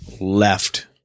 left